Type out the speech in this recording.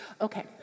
Okay